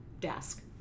desk